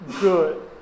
good